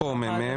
ועדה,